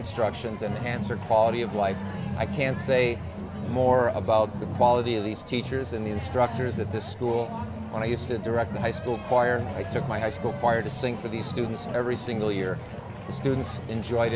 instructions an answer quality of life i can say more about the quality of these teachers and the instructors at the school when i use it director high school choir i took my high school choir to sing for these students every single year the students enjoyed